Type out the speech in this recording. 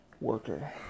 worker